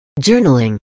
Journaling